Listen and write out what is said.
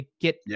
get